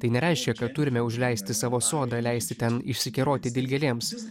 tai nereiškia kad turime užleisti savo sodą leisti ten išsikeroti dilgėlėms